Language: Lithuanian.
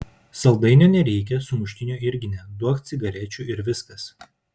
saldainio nereikia sumuštinio irgi ne duok cigarečių ir viskas